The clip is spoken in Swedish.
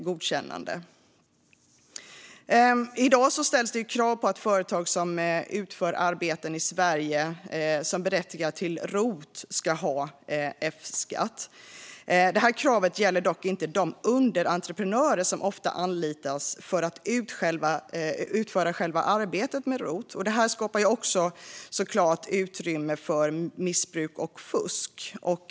I dag ställs det krav på att företag som utför arbeten i Sverige som berättigar till rotavdrag ska ha F-skatt. Detta krav gäller dock inte de underentreprenörer som ofta anlitas för att utföra själva rotarbetet. Detta skapar också utrymme för missbruk och fusk.